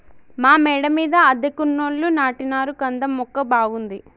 మా మేడ మీద అద్దెకున్నోళ్లు నాటినారు కంద మొక్క బాగుంది